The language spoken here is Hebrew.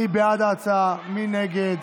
מי בעד ההצעה, מי נגד,